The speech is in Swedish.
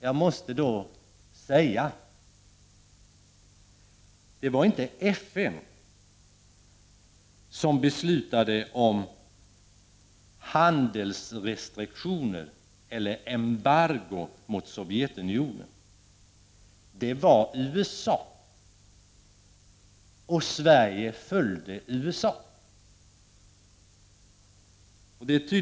Jag måste då säga: Det var inte FN som beslutade om handelsrestriktioner eller embargo mot Sovjetunionen. Det var USA, och Sverige följde USA.